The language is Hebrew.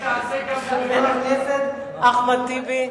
חבר הכנסת אחמד טיבי.